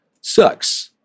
sucks